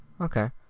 okay